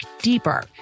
deeper